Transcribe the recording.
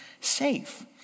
safe